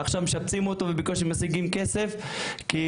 עכשיו משפצים אותו ובקושי משיגים כסף כי